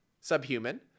subhuman